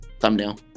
thumbnail